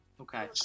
Okay